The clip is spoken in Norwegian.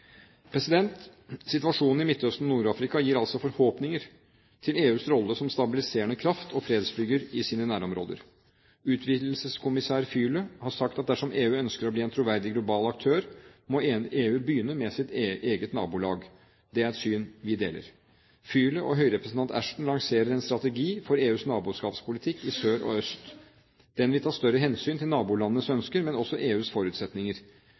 Situasjonen i Midtøsten og Nord-Afrika gir altså forhåpninger til EUs rolle som stabiliserende kraft og fredsbygger i sine nærområder. Utvidelseskommissær Füle har sagt at dersom EU ønsker å bli en troverdig global aktør, må EU begynne med sitt eget nabolag. Det er et syn vi deler. Füle og høyrepresentant Ashton lanserer en strategi for EUs naboskapspolitikk i sør og øst. Den vil ta større hensyn til nabolandenes ønsker, men også EUs forutsetninger.